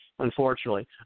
Unfortunately